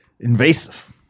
invasive